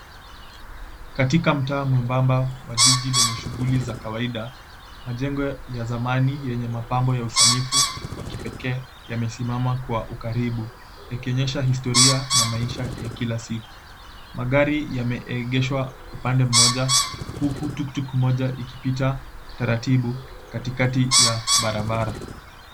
Katika mtaa mwembamba wa jiji lenye shughuli za kawaida, majengo ya zamani yenye mapambo ya usanifu wa kipekee yamesimama kwa ukaribu, ikionyesha historia na maisha ya kila siku. Magari yameegeshwa upande mmoja, huku tuktuk pamoja ikipita taratibu katikati ya barabara.